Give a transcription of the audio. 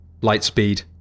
Lightspeed